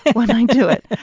when i do it.